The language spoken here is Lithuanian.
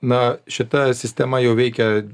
na šita sistema jau veikia